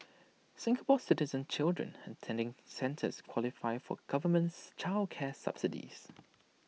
Singapore Citizen children attending centres qualify for governments child care subsidies